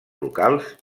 locals